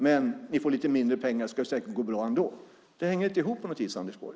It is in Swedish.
Men, säger man: Ni får lite mindre pengar så ska det säkert gå bra ändå. Det hänger inte ihop, Anders Borg.